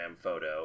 photo